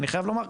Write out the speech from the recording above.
אני חייב לומר,